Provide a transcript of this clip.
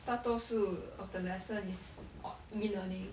大多数 of the lesson is o~ e-learning